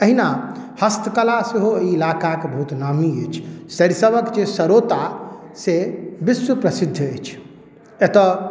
अहिना हस्तकला सेहो ई इलाकाके बहुत नामी अछि सरिसब के जे सरौता से विश्व प्रसिद्ध अछि एतौ